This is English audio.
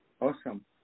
Awesome